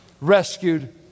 rescued